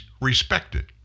respected